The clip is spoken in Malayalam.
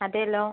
അതേലോ